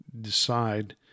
decide